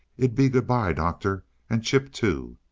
it'd be good-by, doctor and chip, too.